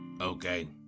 Okay